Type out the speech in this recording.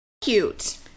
Cute